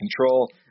control